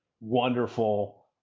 wonderful